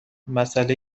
مسئله